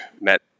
met